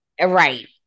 right